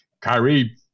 Kyrie –